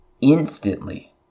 instantly